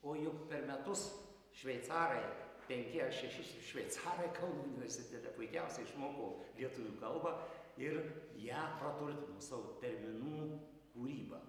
o juk per metus šveicarai penki ar šeši šveicarai kauno universitete puikiausiai išmoko lietuvių kalbą ir ją praturtino savo terminų kūryba